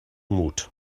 mut